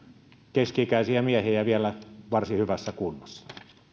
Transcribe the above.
keski ikäisiä miehiä ja vielä varsin hyvässä kunnossa